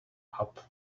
hub